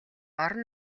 орон